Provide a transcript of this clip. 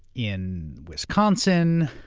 in wisconsin,